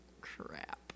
crap